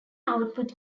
output